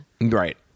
Right